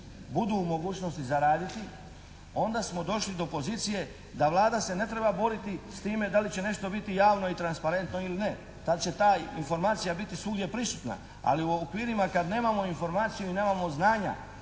budu u mogućnosti zaraditi onda smo došli do pozicije da Vlada se ne treba boriti s time da li će nešto biti javno i transparentno ili ne, tad će ta informacija biti svugdje prisutna. Ali u okvirima kad nemamo informaciju i nemamo znanja